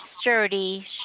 sturdy